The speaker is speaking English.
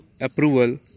approval